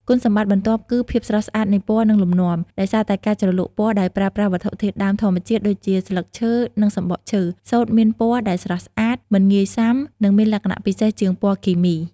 គុណសម្បត្តិបន្ទាប់គឺ ភាពស្រស់ស្អាតនៃពណ៌និងលំនាំ ដោយសារតែការជ្រលក់ពណ៌ដោយប្រើប្រាស់វត្ថុធាតុដើមធម្មជាតិដូចជាស្លឹកឈើនិងសំបកឈើ សូត្រមានពណ៌ដែលស្រស់ស្អាត មិនងាយសាំ និងមានលក្ខណៈពិសេសជាងពណ៌គីមី។